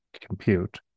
compute